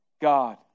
God